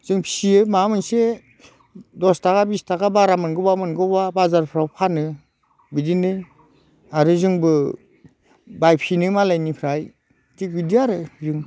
जों फियो माबा मोनसे दस थाखा बिस थाखा बारा मोनगौब्ला मोनगौब्ला बाजारफ्राव फानो बिदिनो आरो जोंबो बायफिनो मालायनिफ्राय थिग बिदि आरो जों